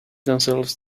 themselves